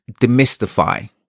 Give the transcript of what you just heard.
demystify